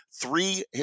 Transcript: three